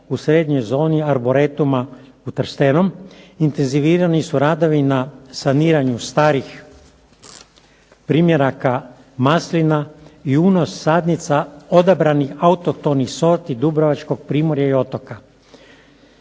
u srednjoj zoni Arboretuma u Trstenom. Intenzivirani su radovi na saniranju starih primjeraka maslina i unos sadnica odabranih autohtonih sorti dubrovačkog primorja i otoka.